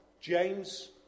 James